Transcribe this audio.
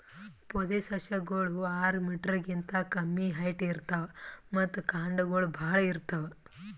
ಪೊದೆಸಸ್ಯಗೋಳು ಆರ್ ಮೀಟರ್ ಗಿಂತಾ ಕಮ್ಮಿ ಹೈಟ್ ಇರ್ತವ್ ಮತ್ತ್ ಕಾಂಡಗೊಳ್ ಭಾಳ್ ಇರ್ತವ್